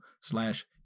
slash